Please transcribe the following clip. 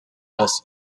most